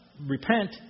repent